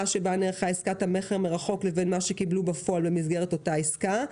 שבה נערכה עסקת המכר מרחוק לבין מה שקיבלו בפועל במסגרת אותה עסקה,